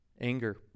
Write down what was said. anger